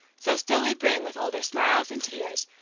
so still we bring, with older smiles and tears,